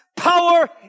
power